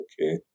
Okay